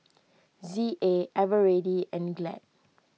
Z A Eveready and Glad